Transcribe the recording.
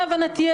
להבנתי,